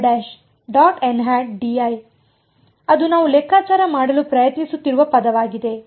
ಆದ್ದರಿಂದ ಅದು ನಾವು ಲೆಕ್ಕಾಚಾರ ಮಾಡಲು ಪ್ರಯತ್ನಿಸುತ್ತಿರುವ ಪದವಾಗಿದೆ